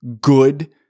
good